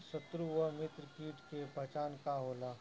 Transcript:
सत्रु व मित्र कीट के पहचान का होला?